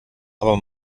aber